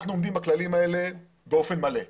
אנחנו עומדים בכללים האלה באופן מלא.